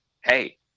hey